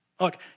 Look